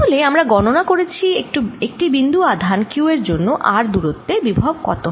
তাহলে আমরা গণনা করেছি একটি বিন্দু আধান q এর জন্য r দূরত্বে বিভব কত হয়